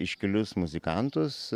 iškilius muzikantus